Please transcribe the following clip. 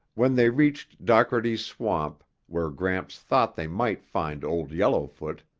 when they reached dockerty's swamp, where gramps thought they might find old yellowfoot,